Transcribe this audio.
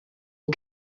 aux